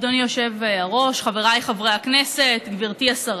אדוני היושב-ראש, חבריי חברי הכנסת, גברתי השרה,